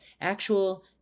actual